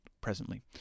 presently